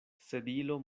sedilo